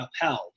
upheld